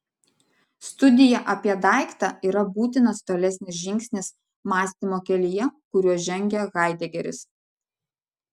studija apie daiktą yra būtinas tolesnis žingsnis mąstymo kelyje kuriuo žengia haidegeris